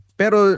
pero